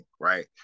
right